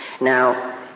Now